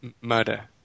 Murder